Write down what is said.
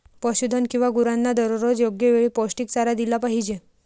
पशुधन किंवा गुरांना दररोज योग्य वेळी पौष्टिक चारा दिला पाहिजे